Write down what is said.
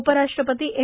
उपराष्ट्रपती एम